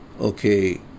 okay